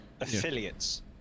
affiliates